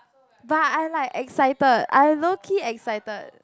but I'm like excited I am low key excited